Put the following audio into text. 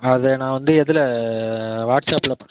அது நான் வந்து எதில் வாட்ஸ்அப்பில் பண்ண